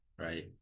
right